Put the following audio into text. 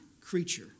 creature